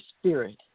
spirit